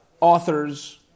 authors